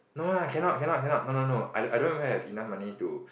no lah cannot cannot cannot no no no I don't I don't even have enough money to